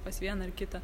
pas vieną ar kitą